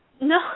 No